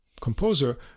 composer